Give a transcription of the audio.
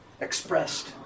expressed